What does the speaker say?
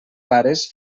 pares